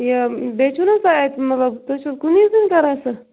یہِ بیٚیہِ چھُو نَہ حظ تۄہہِ اَتہِ مطلب تُہۍ چھُو کُنی زٔنۍ کَران سُہ